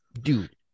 dude